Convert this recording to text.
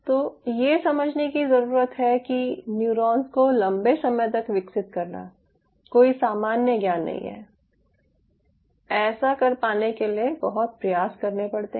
तो ये समझने की ज़रूरत है कि न्यूरॉन्स को लंबे समय तक विकसित करना कोई सामान्य ज्ञान नहीं है ऐसा कर पाने के लिए बहुत प्रयास करने पड़ते हैं